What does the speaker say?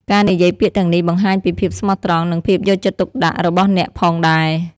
ការនិយាយពាក្យទាំងនេះបង្ហាញពី ភាពស្មោះត្រង់ និងភាពយកចិត្តទុកដាក់របស់អ្នកផងដែរ។